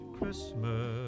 Christmas